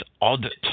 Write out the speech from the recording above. Odd